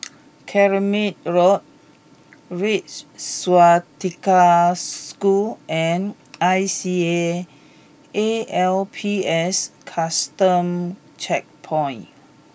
Carmichael Road Red Swastika School and I C A A L P S Custom Checkpoint